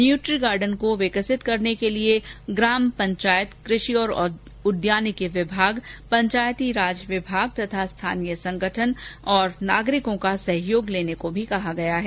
nutri garden को विकसित करने के लिये ग्राम पंचायत कृषि और उद्यानिकी विभाग पंचायती राज विभाग तथा स्थानीय संगठन और नागरिकों का सहयोग लेने के लिये भी कहा गया है